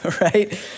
right